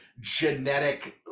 genetic